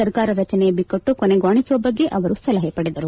ಸರ್ಕಾರ ರಚನೆ ಬಿಕ್ಕಟ್ಟು ಕೊನೆಗಾಣಿಸುವ ಬಗ್ಗೆ ಅವರ ಸಲಹೆ ಪಡೆದರು